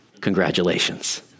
Congratulations